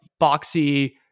boxy